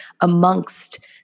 amongst